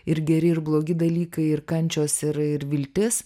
ir geri ir blogi dalykai ir kančios ir viltis